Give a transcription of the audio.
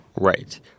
Right